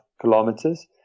kilometers